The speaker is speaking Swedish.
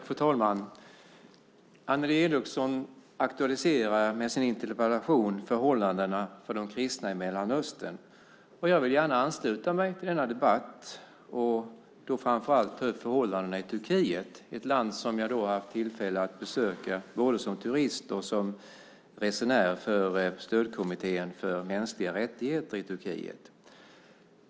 Fru talman! Annelie Enochson aktualiserar med sin interpellation förhållandena för de kristna i Mellanöstern. Jag vill gärna ansluta mig till denna debatt och då framför allt ta upp förhållandena i Turkiet, ett land som jag har haft tillfälle att besöka både som turist och som resenär för Stödkommittén för mänskliga rättigheter i Turkiet.